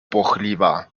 płochliwa